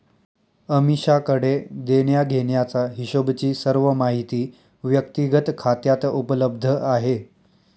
अमीषाकडे देण्याघेण्याचा हिशोबची सर्व माहिती व्यक्तिगत खात्यात उपलब्ध आहे